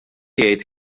jgħid